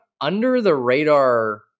under-the-radar